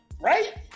right